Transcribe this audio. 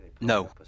No